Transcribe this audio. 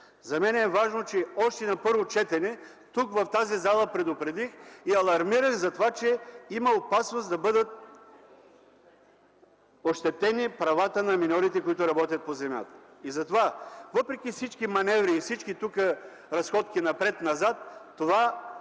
За мен е важно, че още на първо четене, тук в тази зала, предупредих и алармирах за това, че има опасност да бъдат ощетени правата на миньорите, които работят под земята. Въпреки всички маневри и всички разходки напред-назад, това не